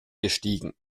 gestiegen